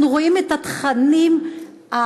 אנחנו רואים את התכנים הפורנוגרפיים